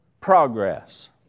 progress